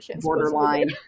borderline